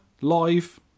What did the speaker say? live